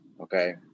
okay